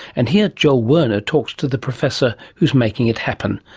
and here joel werner talks to the professor who is making it happen,